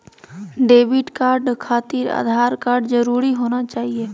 Debit card खातिर Aadhaar card जरूरी होना चाहिए?